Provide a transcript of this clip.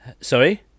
Sorry